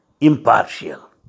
impartial